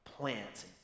plants